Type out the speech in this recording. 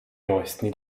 rojstni